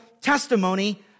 testimony